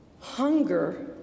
hunger